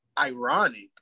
ironic